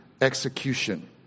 execution